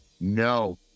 no